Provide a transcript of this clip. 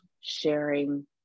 sharing